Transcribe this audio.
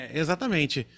exatamente